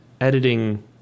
editing